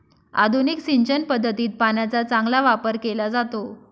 आधुनिक सिंचन पद्धतीत पाण्याचा चांगला वापर केला जातो